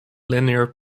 linear